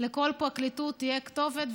לכל פרקליטות תהיה כתובת,